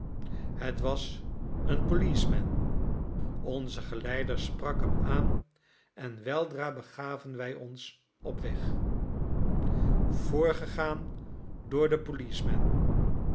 het was een policeman onze geleider sprak hem aan en weldra begaven wij ons op weg voorgegaan door den policeman